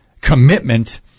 commitment